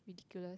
ridiculous